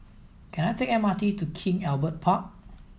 can I take M R T to King Albert Park